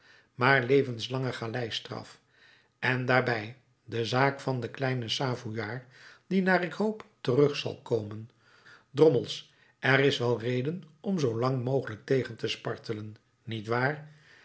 maar levenslange galeistraf en daarbij de zaak van den kleinen savoyaard die naar ik hoop terug zal komen drommels er is wel reden om zoo lang mogelijk tegen te spartelen niet waar